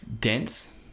dense